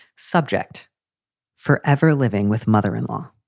subject forever. living with mother in law.